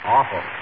Awful